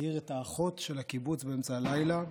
והעיר את האחות של הקיבוץ באמצע הלילה.